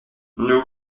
nous